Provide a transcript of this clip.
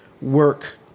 work